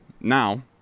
Now